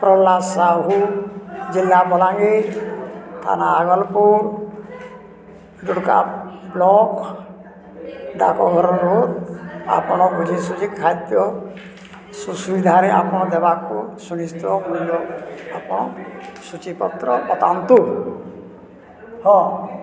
ପ୍ରହ୍ଲାଦ ସାହୁ ଜିଲ୍ଲା ବଲାଙ୍ଗୀର ଥାନା ଆଗଲପୁର ଦୁର୍ଗା ବ୍ଲକ୍ ଡାକଘରର ରୋଡ଼୍ ଆପଣ ବୁଝି ସୁଝି ଖାଦ୍ୟ ସୁବିଧାରେ ଆପଣ ଦେବାକୁ ସୁନିଶ୍ଚିନ୍ତ ମୂଲ୍ୟ ଆପଣ ସୂଚିପତ୍ର ପଠାନ୍ତୁ ହଁ